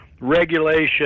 regulation